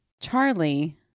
Charlie